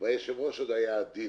והיושב-ראש עוד היה עדין.